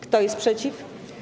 Kto jest przeciw?